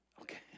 Okay